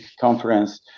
conference